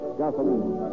gasoline